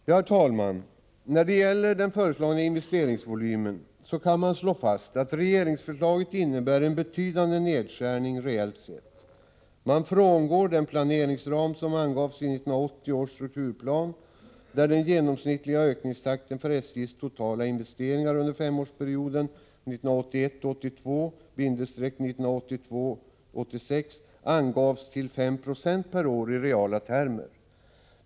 Herr talman! När det gäller den föreslagna investeringsvolymen kan man slå fast att regeringsförslaget innebär en betydande nedskärning reellt sett. Man frångår den planeringsram som angavs i 1980 års strukturplan, där den genomsnittliga ökningstakten för SJ:s totala investeringar efter femårsperioden 1981 86 angavs till 596 per år i reala termer.